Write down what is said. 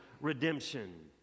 redemption